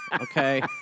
okay